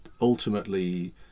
ultimately